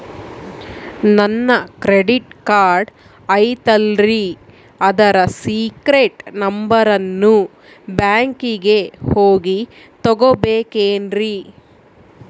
ನನ್ನ credit card ಐತಲ್ರೇ ಅದರ ಸೇಕ್ರೇಟ್ ನಂಬರನ್ನು ಬ್ಯಾಂಕಿಗೆ ಹೋಗಿ ತಗೋಬೇಕಿನ್ರಿ?